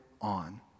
on